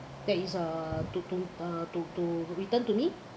that is uh to to uh to to return to me